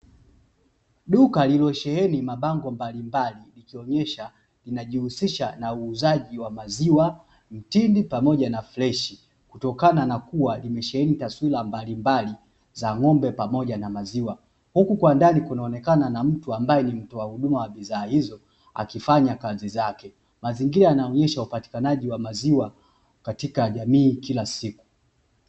Duka lililosheheni mabango mbalimbali likionyesha linajihisisha na uzaji wa maziwa mtindi pamoja na freshi, kutokana na kuwa limesheheni taswira mbalimbali za ngombe pamoja na maziwa, huku kwa ndanikunaonekana na mtu ambae ni mtoa huduma hizo akifanya kazi zake , mazingira yanaonyesha upatikanaji wa maziwa kwa jamii kila siku .